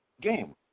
game